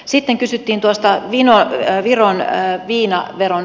sitten kysyttiin tuosta viron viinaveron alentamisesta